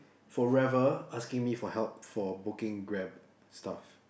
forever asking me for help for booking grab stuff